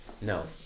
No